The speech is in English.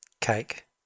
Cake